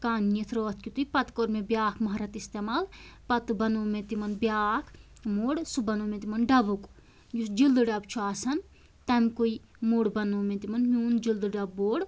کانٛہہ نِتھ رات کیٛتٕے پَتہٕ کٔر مےٚ بیٛاکھ ماہرت استعمال پَتہٕ بَنوو مےٚ تِمَن بیٛاکھ موٚر سُہ بَنوو مےٚ تِمَن ڈَبُک یُس جِلدٕ ڈَبہٕ چھُ آسان تَمہِ کُے موٚر بَنوو مےٚ تِمَن مےٚ اوٚن جِلدٕ ڈَبہٕ بوٚڑ